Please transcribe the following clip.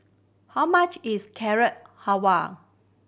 how much is Carrot Halwa